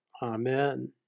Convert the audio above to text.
Amen